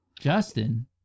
Justin